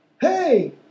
Hey